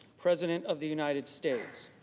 president of the united states.